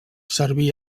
serví